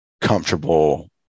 comfortable